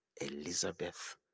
Elizabeth